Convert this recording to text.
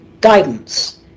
guidance